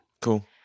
cool